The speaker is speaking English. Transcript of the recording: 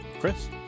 Chris